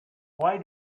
why